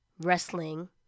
wrestling